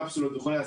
קפסולות וכולי.